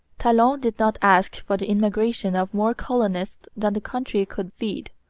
talon did not ask for the immigration of more colonists than the country could feed.